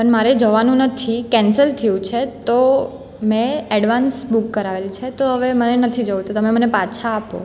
પણ મારે જવાનું નથી કેન્સલ થયું છે તો મેં એડવાન્સ બુક કરાવેલ છે તો હવે મને નથી જવું તમે મને પાછા આપો